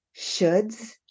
shoulds